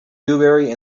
newbury